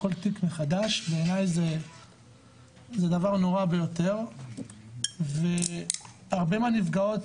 כל תיק מחדש בעיני זה דבר נורא ביותר והרבה מהנפגעות,